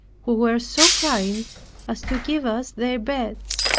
who were so kind as to give us their beds.